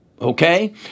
okay